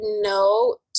no